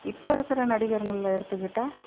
இப்போ இருக்க நடிகர்கள்ல எடுத்துக்கிட்டால்